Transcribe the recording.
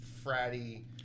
fratty